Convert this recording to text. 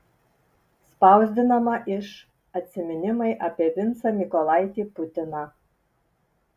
spausdinama iš atsiminimai apie vincą mykolaitį putiną